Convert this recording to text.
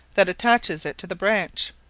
that attaches it to the branch,